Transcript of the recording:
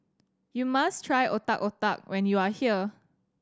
you must try Otak Otak when you are here